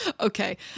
Okay